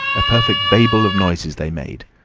a perfect babel of noises they made.